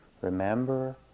remember